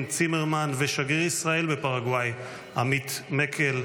צימרמן ושגריר ישראל בפרגוואי עמית מקל,